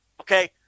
okay